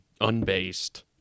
unbased